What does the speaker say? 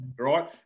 right